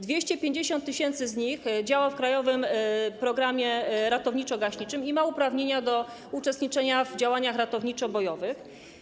250 tys. z nich działa w krajowym programie ratowniczo-gaśniczym i ma uprawnienia do uczestniczenia w działaniach ratowniczo-bojowych.